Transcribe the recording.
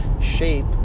shape